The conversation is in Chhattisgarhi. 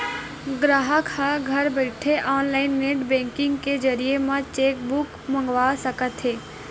गराहक ह घर बइठे ऑनलाईन नेट बेंकिंग के जरिए म चेकबूक मंगवा सकत हे